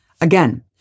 Again